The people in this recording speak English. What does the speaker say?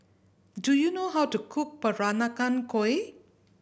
do you know how to cook Peranakan Kueh